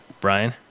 Brian